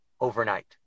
overnight